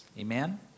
Amen